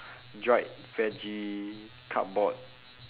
dried veggie cardboard